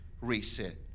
reset